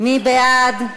מי בעד?